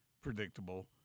Predictable